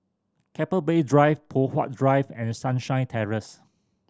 Keppel Bay Drive Poh Huat Drive and Sunshine Terrace